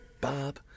Bob